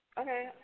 Okay